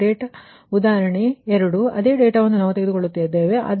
ಈಗ ಡೇಟಾ ಉದಾಹರಣೆ 2 ಅದೇ ಡೇಟಾವನ್ನು ನಾವು ತೆಗೆದುಕೊಳ್ಳುತ್ತಿದ್ದೇವೆ